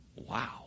Wow